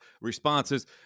responses